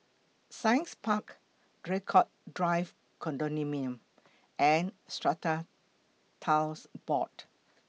Science Park Draycott Drive Condominium and Strata Titles Board